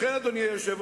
לכן, אדוני היושב-ראש,